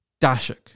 Dashik